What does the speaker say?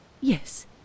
Yes